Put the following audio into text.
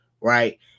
right